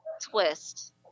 twist